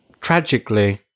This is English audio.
tragically